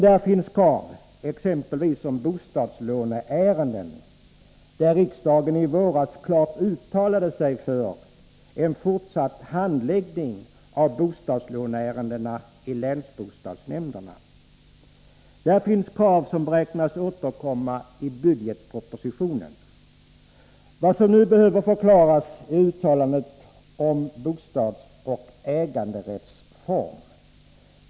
Där finns också krav exempelvis beträffande bostadslåneärenden, där riksdagen i våras klart uttalade sig för en fortsatt handläggning av bostadslåneärendena i länsbostadsnämnderna. Där finns vidare krav i frågor som beräknas återkomma i budgetpropositionen. Vad som nu behöver förklaras är uttalandet om bostadsoch äganderättsform.